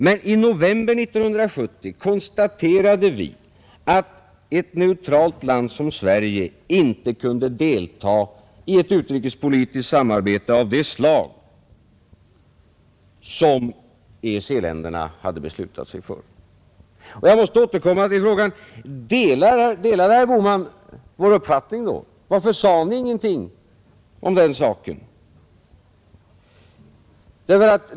Men i november 1970 konstaterade vi att ett neutralt land som Sverige inte kunde delta i ett utrikespolitiskt samarbete av det slag som EEC-länderna hade beslutat sig för. Jag måste återkomma till frågan: Delade herr Bohman vår uppfattning då? Varför sade Ni ingenting om den saken?